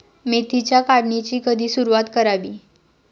मेथीच्या काढणीची कधी सुरूवात करावी?